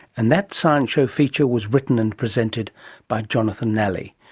and that science show feature was written and presented by jonathan nally.